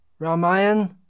Ramayan